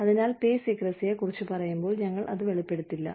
അതിനാൽ പേ സീക്രസിയെ കുറിച്ച് പറയുമ്പോൾ ഞങ്ങൾ അത് വെളിപ്പെടുത്തില്ല